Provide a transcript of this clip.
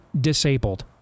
disabled